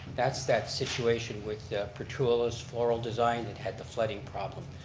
that's that situation with petrullo's floral design, that had the flooding problem.